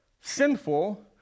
sinful